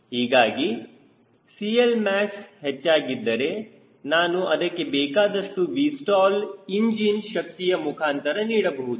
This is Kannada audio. ಹೀಗಾಗಿ CLmax ಹೆಚ್ಚಾಗಿದ್ದರೆ ನಾನು ಅದಕ್ಕೆ ಬೇಕಾದಷ್ಟು Vstall ಇಂಜಿನ್ ಶಕ್ತಿಯ ಮುಖಾಂತರ ನೀಡಬಹುದು